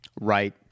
Right